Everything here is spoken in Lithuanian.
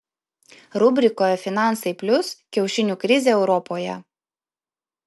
rubrikoje finansai plius kiaušinių krizė europoje